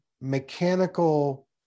mechanical